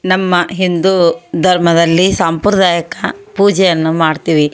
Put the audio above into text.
ನಮ್ಮ ಹಿಂದೂ ಧರ್ಮದಲ್ಲಿ ಸಾಂಪ್ರದಾಯಿಕ ಪೂಜೆಯನ್ನು ಮಾಡ್ತೀವಿ